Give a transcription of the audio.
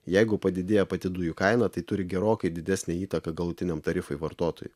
jeigu padidėja pati dujų kaina tai turi gerokai didesnę įtaką galutiniam tarifui vartotojui